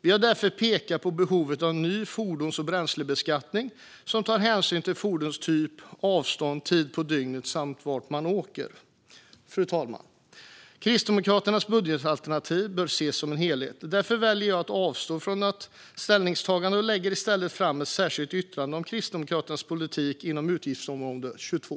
Vi har därför pekat på behovet av en ny fordons och bränslebeskattning som tar hänsyn till fordonstyp, avstånd, tid på dygnet samt var fordonet körs. Fru talman! Kristdemokraternas budgetalternativ bör ses som en helhet. Därför väljer jag att avstå från ställningstagande och lägger i stället fram ett särskilt yttrande om Kristdemokraternas politik inom utgiftsområde 22.